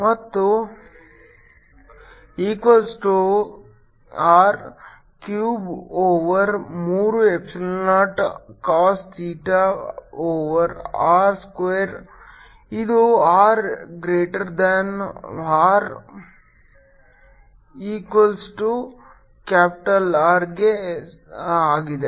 ಮತ್ತು equals to R cube over ಮೂರು epsilon naught cos theta over R square ಇದು r greater than R equals to capital R ಗೆ ಆಗಿದೆ